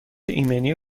ایمنی